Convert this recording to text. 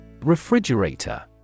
Refrigerator